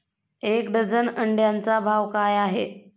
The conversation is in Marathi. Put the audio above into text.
एक डझन अंड्यांचा भाव काय आहे?